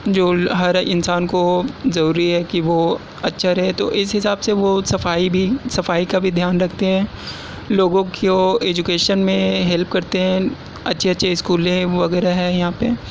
جو ہر انسان کو ضروری ہے کہ وہ اچھا رہے تو اس حساب سے وہ صفائی بھی صفائی کا بھی دھیان رکھتے ہیں لوگوں کی وہ ایجوکیشن میں ہیلپ کرتے ہیں اچھے اچھے اسکولیں وغیرہ ہیں یہاں پہ